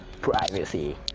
privacy